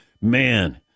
man